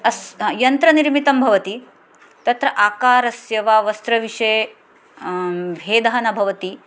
अस् यन्त्रनिर्मितं भवति तत्र आकारस्य वा वस्त्रविषये भेदः न भवति